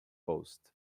post